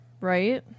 Right